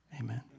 Amen